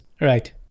Right